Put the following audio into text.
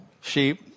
sheep